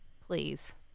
please